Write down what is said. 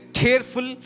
careful